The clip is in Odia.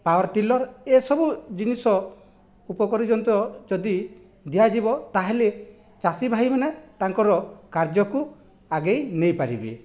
ପାୱାରଟିଲର ଏସବୁ ଜିନିଷ ଉପକାରି ଯନ୍ତ୍ର ଯଦି ଦିଆଯିବ ତାହେଲେ ଚାଷୀ ଭାଇମାନେ ତାଙ୍କର କାର୍ଯ୍ୟକୁ ଆଗାଇ ନେଇପାରିବେ